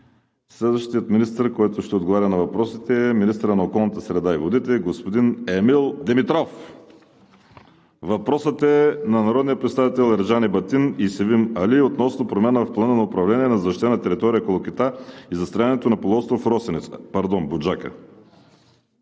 Следващият министър, който ще отговаря на въпросите, е министърът на околната среда и водите – господин Емил Димитров. Въпросът е от народния представител Ерджан Ебатин и Севим Али относно промяна в плана на управление на защитена територия „Колокита“ и застрояването на полуостров Буджака.